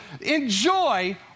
enjoy